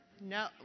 No